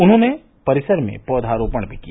उन्होंने परिसर में पैधरोपण भी किया